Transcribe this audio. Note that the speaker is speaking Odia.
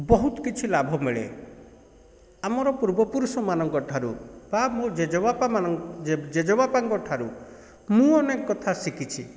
ବହୁତ କିଛି ଲାଭ ମିଳେ ଆମର ପୂର୍ବ ପୁରୁଷମାନଙ୍କଠାରୁ ବା ମୋ ଜେଜେବାପା ମାନଙ୍କ ଜେଜେବାପାଙ୍କ ଠାରୁ ମୁଁ ଅନେକ କଥା ଶିଖିଛି